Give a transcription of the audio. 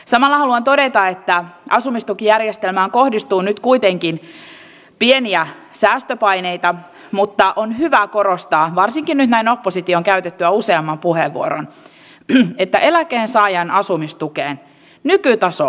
samalla haluan todeta että asumistukijärjestelmään kohdistuu nyt kuitenkin pieniä säästöpaineita mutta on hyvä korostaa varsinkin nyt näin opposition käytettyä useamman puheenvuoron että eläkkeensaajan asumistuen nykytaso säilyy